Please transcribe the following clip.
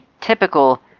typical